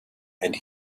and